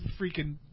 freaking